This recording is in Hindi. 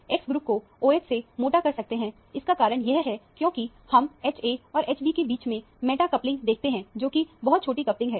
X ग्रुप को OH से मेटा पर रखते हैं इसका कारण यह है की क्योंकि हम Ha और Hb के बीच में मेटा कपलिंग देखते हैं जोकि बहुत छोटी कपलिंग है